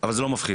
אבל זה לא מפחיד